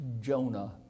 Jonah